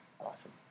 Awesome